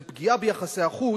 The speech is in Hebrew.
זו פגיעה ביחסי החוץ,